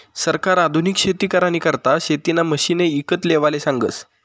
सरकार आधुनिक शेती करानी करता शेतीना मशिने ईकत लेवाले सांगस